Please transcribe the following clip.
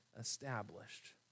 established